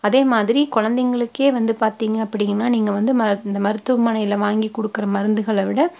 அதே மாதிரி குழந்தைங்களுக்கே வந்து பார்த்திங்க அப்படின்னா நீங்கள் வந்து ம இந்த மருத்துவமனையில் வாங்கி கொடுக்கற மருந்துகளை விட